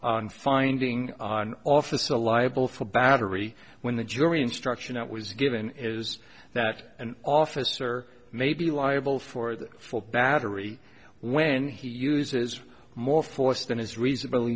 on finding office a liable for battery when the jury instruction that was given is that an officer may be liable for the full battery when he uses more force than is reasonabl